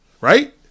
Right